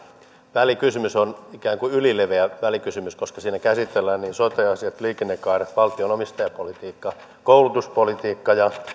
välikysymys on ikään kuin ylileveä välikysymys koska siinä käsitellään sote asiat liikennekaaret valtion omistajapolitiikka koulutuspolitiikka ja